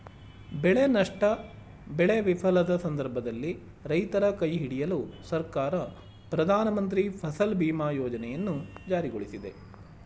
ಬೆಳೆ ನಷ್ಟ ಬೆಳೆ ವಿಫಲದ ಸಂದರ್ಭದಲ್ಲಿ ರೈತರ ಕೈಹಿಡಿಯಲು ಸರ್ಕಾರ ಪ್ರಧಾನಮಂತ್ರಿ ಫಸಲ್ ಬಿಮಾ ಯೋಜನೆಯನ್ನು ಜಾರಿಗೊಳಿಸಿದೆ